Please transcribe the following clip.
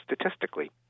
statistically